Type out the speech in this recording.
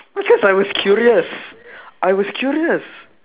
because I was curious I was curious